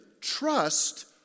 Trust